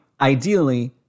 ideally